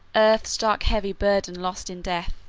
earth's dark heavy burden lost in death.